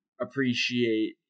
appreciate